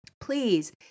Please